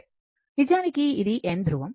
నిజానికి ఇది N ధృవం మరియు S ధృవం